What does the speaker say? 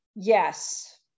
yes